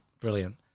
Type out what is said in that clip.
Brilliant